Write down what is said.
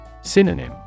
Synonym